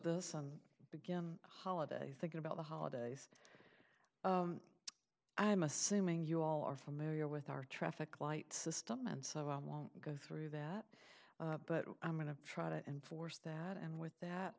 this begin holiday thinking about the holidays i am assuming you all are familiar with our traffic light system and so i won't go through that but i'm going to try to enforce that and with that